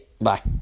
bye